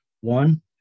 one